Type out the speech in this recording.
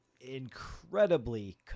incredibly